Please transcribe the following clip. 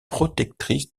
protectrice